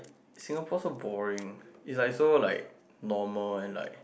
Singapore so boring it's like so like normal and like